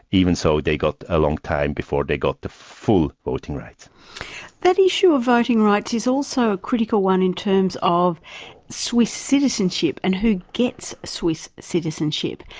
even so they got a long time before they got the full voting. that issue of voting rights is also a critical one in terms of swiss citizenship, and who gets swiss citizenship.